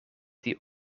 die